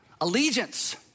allegiance